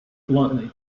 bluntly